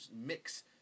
mix